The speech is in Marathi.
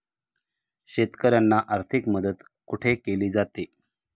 शेतकऱ्यांना आर्थिक मदत कुठे केली जाते?